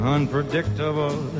Unpredictable